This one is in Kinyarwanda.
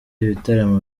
ibitaramo